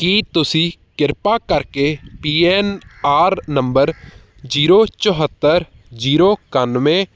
ਕੀ ਤੁਸੀਂ ਕਿਰਪਾ ਕਰਕੇ P N R number zero ਚੁਹੱਤਰ ਜੀਰੋ ਇਕਾਨਵੇਂ